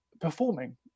performing